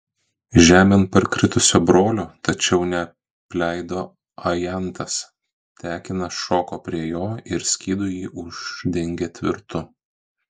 žemėn parkritusio brolio tačiau neapleido ajantas tekinas šoko prie jo ir skydu jį uždengė tvirtu